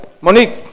Monique